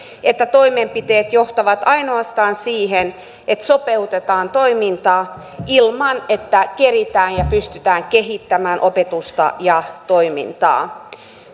että toimenpiteet johtavat ainoastaan siihen että sopeutetaan toimintaa ilman että keretään ja pystytään kehittämään opetusta ja toimintaa